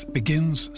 begins